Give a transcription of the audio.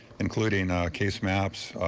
including case maps,